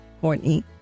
Courtney